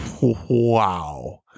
wow